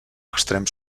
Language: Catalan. extrem